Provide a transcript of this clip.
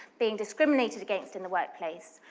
being discriminated against in the workplace.